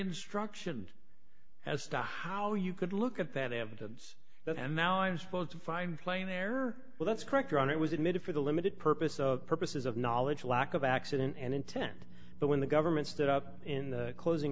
instructions as to how you could look at that evidence that and now i'm supposed to find playing there well that's correct ron it was admitted for the limited purpose of purposes of knowledge lack of accident and intent but when the government stood up in the closing